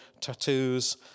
tattoos